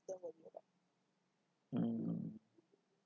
mm